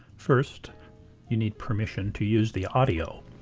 first you need permission to use the audio.